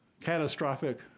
catastrophic